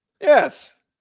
Yes